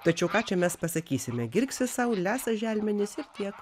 tačiau ką čia mes pasakysime girgsi sau lesa želmenis ir tiek